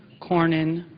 cornyn,